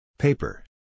Paper